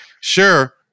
sure